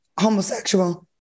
homosexual